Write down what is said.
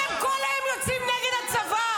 למה אתם כל היום יוצאים נגד הצבא?